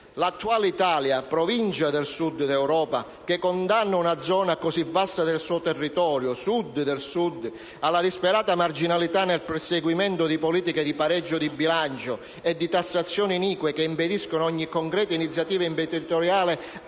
L'attuale Italia, provincia del Sud Europa, che condanna una zona così vasta del suo territorio, Sud del Sud, alla disperata marginalità nel perseguimento di politiche di pareggio di bilancio e di tassazioni inique, che impediscono ogni concreta iniziativa imprenditoriale,